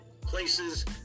places